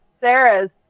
Sarah's